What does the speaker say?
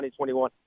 2021